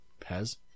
Pez